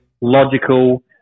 logical